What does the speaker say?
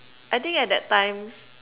I think at that time